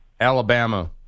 Alabama